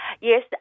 Yes